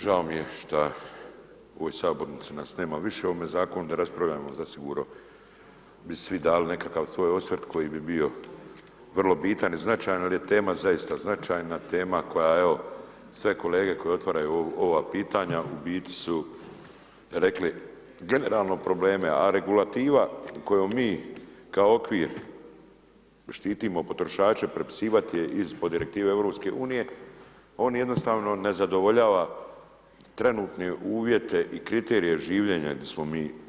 Žao mi je što u ovoj sabornici nas nema više o ovome Zakonu da raspravljamo, zasigurno bi svi dali nekakav svoj osvrt koji bi bio vrlo bitan i značajan jer je tema zaista značajna, tema koja evo, sve kolege koji otvaraju ova pitanja u biti su rekli generalno probleme, a regulativa kojom mi kao okvir štitimo potrošače ... iz direktive EU, on jednostavno ne zadovoljava trenutne uvjete i kriterije življenja gdje smo mi.